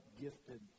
gifted